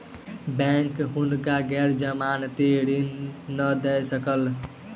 bank हुनका गैर जमानती ऋण नै दय सकल